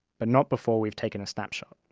but not before we've taken a snapshot.